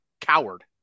coward